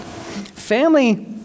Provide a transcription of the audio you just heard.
Family